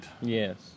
Yes